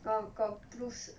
got got proof